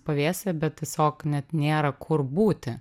pavėsio bet tiesiog net nėra kur būti